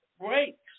breaks